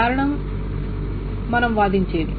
కారణం మనం వాదించేది